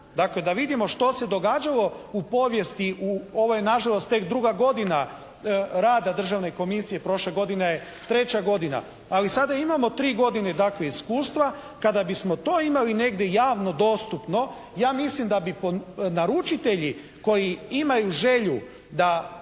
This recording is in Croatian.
dakle da vidimo što se događalo u povijesti u, ovo je na žalost tek druga godina rada Državne komisije, prošla godina je treća godina, ali sada imamo 3 godine dakle iskustva. Kada bismo to imali negdje javno dostupno ja mislim da bi naručitelji koji imaju želju da